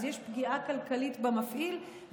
אז יש פגיעה כלכלית במפעיל,